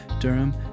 Durham